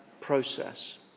process